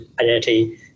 identity